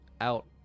out